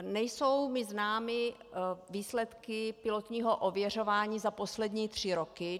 Nejsou mi známy výsledky pilotního ověřování za poslední tři roky.